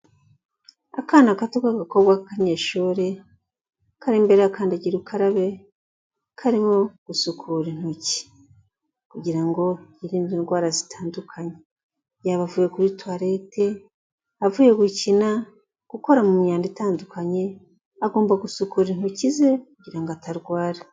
Akana gato k'agakobwa kaka nyeshuri kari imbere ya akandagira ukarabe karimo gusukura intoki kugirango hirindwe indwara zitandukanye, yaba avuye kuri toilete avuye gukina gukora mu myanda itandukanye agomba gusukura intoki ze, kugira ngo atarwara.